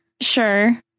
Sure